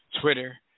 Twitter